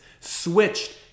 switched